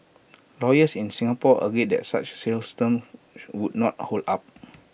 lawyers in Singapore agree that such sales terms would not hold up